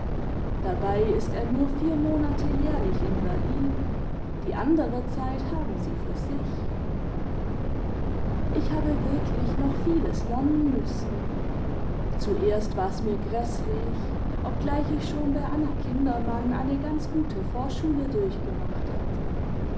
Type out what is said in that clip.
dabei ist er nur vier monate jährlich in berlin die andere zeit haben sie für sich ich habe wirklich noch vieles lernen müssen zuerst war's mir gräßlich obgleich ich schon bei anna kindermann eine ganz gute vorschule diu chgemacht hatte